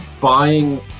buying